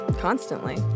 constantly